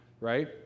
right